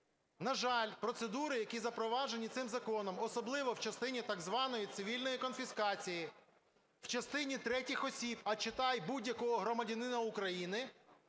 На жаль, процедури, які запроваджені цим законом, особливо в частині так званої цивільної конфіскації, в частині третіх осіб, а читай - будь-якого громадянина України,